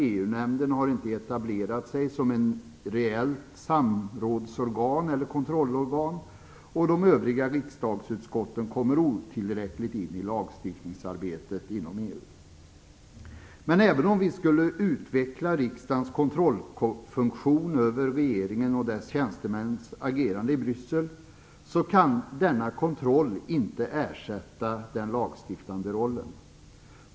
EU-nämnden har ju inte etablerat sig som ett reellt samråds eller kontrollorgan. De övriga riksdagsutskotten kommer i otillräcklig omfattning in i lagstiftningsarbetet inom EU. Även om vi skulle utveckla riksdagens kontrollfunktion när det gäller regeringens och dess tjänstemäns agerande i Bryssel, kan denna kontroll inte ersätta den lagstiftande rollen.